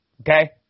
Okay